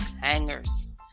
hangers